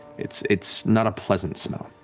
it's it's not a pleasant smell.